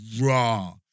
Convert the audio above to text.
raw